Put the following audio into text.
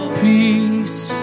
peace